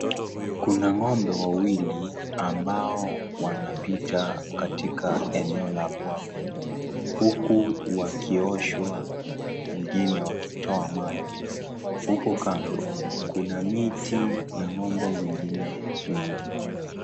Kuna ngombe wawili ambao wanapita katika eneo la pwagu huku wakioshwa mwingine akitoa mani, huko Kando kuna miti na ngombe zingine wengi.